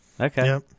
Okay